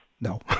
No